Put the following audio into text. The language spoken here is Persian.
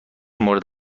مورد